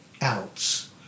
else